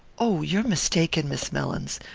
oh, you're mistaken, miss mellins.